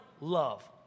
love